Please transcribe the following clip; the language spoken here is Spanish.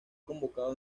convocado